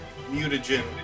mutagen